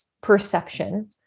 perception